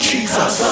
Jesus